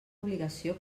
obligació